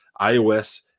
iOS